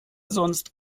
sonst